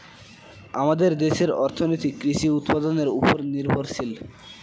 আমাদের দেশের অর্থনীতি কৃষি উৎপাদনের উপর নির্ভরশীল